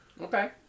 Okay